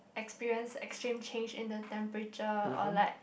experience extreme change in the temperature or like